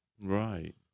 Right